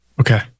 Okay